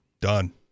done